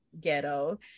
ghetto